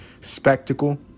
spectacle